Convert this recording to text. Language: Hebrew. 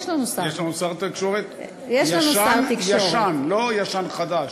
יש לנו שר תקשורת ישן-ישן, לא ישן-חדש.